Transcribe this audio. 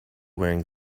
wearing